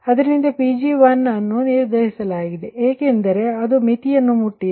ಆದ್ದರಿಂದPg1ಅನ್ನು ನಿರ್ದಾರಿಸಲಾಗಿದೆ ಏಕೆಂದರೆ ಅದು ಮಿತಿಯನ್ನು ಮುಟ್ಟಿದೆ